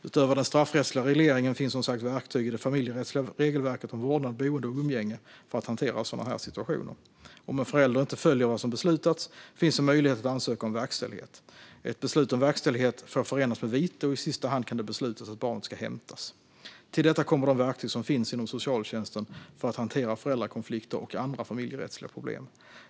Utöver den straffrättsliga regleringen finns som sagt verktyg i det familjerättsliga regelverket om vårdnad, boende och umgänge för att hantera sådana här situationer. Om en förälder inte följer vad som beslutats finns en möjlighet att ansöka om verkställighet. Ett beslut om verkställighet får förenas med vite, och i sista hand kan det beslutas att barnet ska hämtas. Till detta kommer de verktyg som finns inom socialtjänsten för att hantera föräldrakonflikter och andra familjerättsliga problem.